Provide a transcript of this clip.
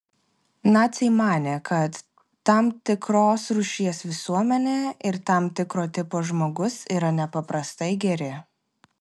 naciai manė kad tam tikros rūšies visuomenė ir tam tikro tipo žmogus yra nepaprastai geri